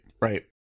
right